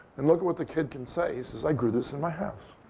and look at what the kid can say. he says, i grew this in my house.